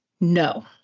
no